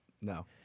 No